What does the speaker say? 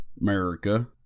America